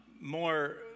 more